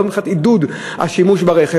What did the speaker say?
לא מבחינת עידוד השימוש ברכב.